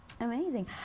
Amazing